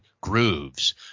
grooves